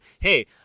hey